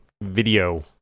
video